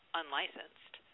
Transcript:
unlicensed